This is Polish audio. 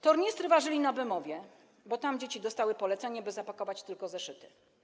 Tornistry ważyli na Bemowie, bo tam dzieci dostały polecenie, by zapakować tylko zeszyty.